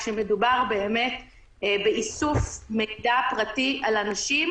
כשמדובר באמת באיסוף מידע פרטי על אנשים